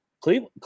Cleveland